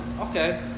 okay